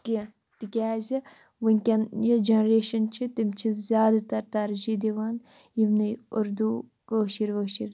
کینٛہہ تِکیٛازِ وٕنۍکٮ۪ن یۄس جَنریشَن چھِ تِم چھِ زیادٕ تَر ترجیح دِوان یِمنٕے اُردو کٲشُر وٲشُر